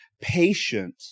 patient